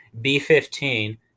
B-15